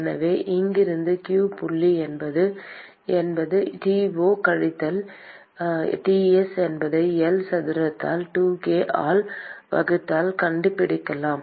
எனவே இங்கிருந்து q புள்ளி என்பது T 0 கழித்தல் Ts என்பதை L சதுரத்தால் 2k ஆல் வகுத்தால் கண்டுபிடிக்கலாம்